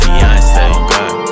fiance